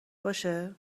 باشه